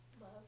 Love